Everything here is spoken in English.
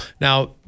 Now